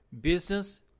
business